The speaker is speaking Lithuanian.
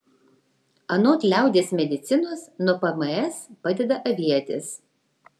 anot liaudies medicinos nuo pms padeda avietės